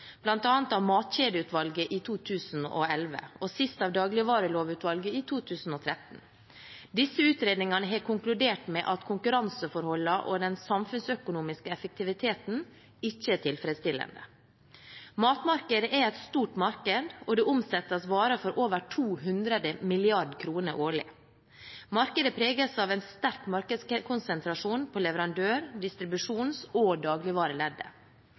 av Matkjedeutvalget i 2011, og sist av Dagligvarelovutvalget i 2013. Disse utredningene har konkludert med at konkurranseforholdene og den samfunnsøkonomiske effektiviteten ikke er tilfredsstillende. Matmarkedet er et stort marked og det omsettes varer for over 200 mrd. kr årlig. Markedet preges av en sterk markedskonsentrasjon på leverandør-, distribusjons- og